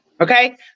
okay